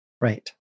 Right